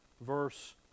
Verse